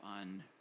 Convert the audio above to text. on